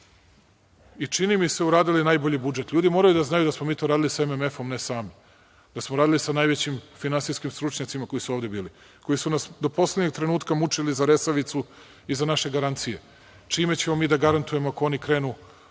i čini mi se uradili najbolji budžet. LJudi moraju da znaju da smo mi to radili sa MMF-om, a ne sami, da smo radili sa najvećim finansijskim stručnjacima koji su ovde bili, koji su nas do poslednjeg trenutka mučili za Resavicu i za naše garancije. Čime ćemo mi da garantujemo ako oni krenu